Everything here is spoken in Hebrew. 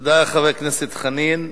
תודה לחבר הכנסת חנין.